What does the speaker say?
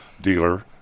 dealer